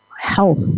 health